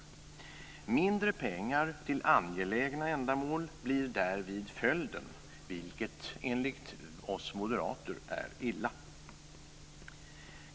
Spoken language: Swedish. Mindre pengar till angelägna ändamål blir därvid följden, vilket enligt oss moderater är illa.